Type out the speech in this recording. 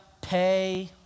pay